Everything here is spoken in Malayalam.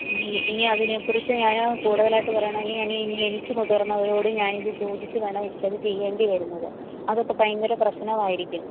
ഇനി ഇനി അതിനെ കുറിച്ചു ഞാൻ കൂടുതലായിട്ട് പറയണമെങ്കിൽ ഞാൻ ഇനി എനിക്ക് മുതിർന്നവരോട് ഞാൻ ഇത് ചോദിച്ചു വേണം എനിക്ക് അത് ചെയ്യേണ്ടി വരുന്നത് അതൊക്കെ ഭയങ്കര പ്രശ്നമായിരിക്കും